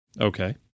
Okay